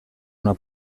una